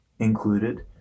included